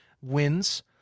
wins